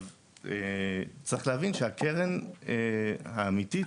צריך להבין שהקרן האמיתית